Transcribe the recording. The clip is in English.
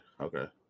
okay